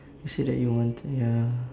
you said that you want to ya